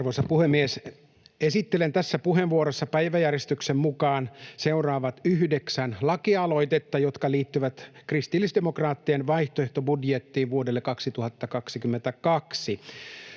Arvoisa puhemies! Esittelen tässä puheenvuorossa päiväjärjestyksen mukaan seuraavat yhdeksän lakialoitetta, jotka liittyvät kristillisdemokraattien vaihtoehtobudjettiin vuodelle 2022.